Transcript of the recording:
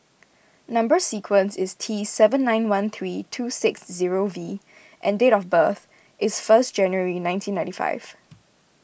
Number Sequence is T seven nine one three two six zero V and date of birth is first January nineteen ninety five